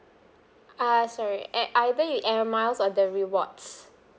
err sorry at either the air miles or the rewards